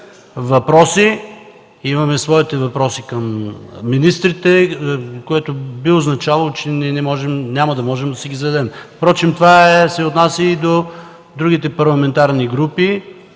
„Атака” имаме своите въпроси към министрите, което би означавало, че няма да можем да си ги зададем. Впрочем това се отнася и до другите парламентарни групи.